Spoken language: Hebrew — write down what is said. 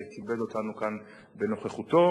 שכיבד אותנו כאן בנוכחותו.